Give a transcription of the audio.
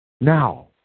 Now